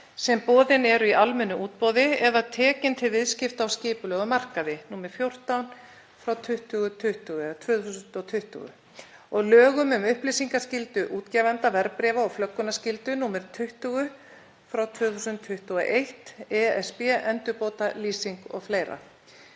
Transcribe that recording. sem boðin eru í almennu útboði eða tekin til viðskipta á skipulegum markaði, nr. 14/2020, og lögum um upplýsingaskyldu útgefenda verðbréfa og flöggunarskyldu, nr. 20/2021 (ESB-endurbótalýsing o.fl.).